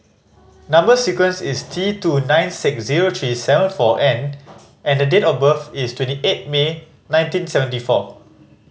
number sequence is T two nine six zero three seven four N and the date of birth is twenty eight May nineteen seventy four